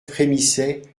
frémissaient